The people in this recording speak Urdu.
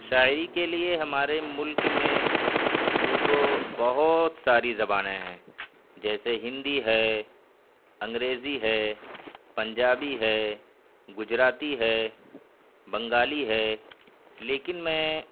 شاعری کے لیے ہمارے ملک میں یوں تو بہت ساری زبانیں ہیں جیسے ہندی ہے انگریزی ہے پنجابی ہے گجراتی ہے بنگالی ہے لیکن میں